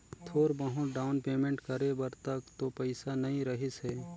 थोर बहुत down payment करे बर तक तो पइसा नइ रहीस हे